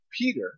Peter